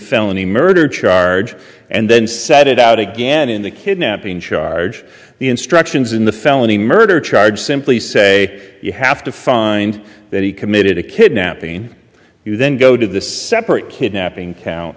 felony murder charge and then set it out again in the kidnapping charge the instructions in the felony murder charge simply say you have to find that he committed a kidnapping you then go to the separate kidnapping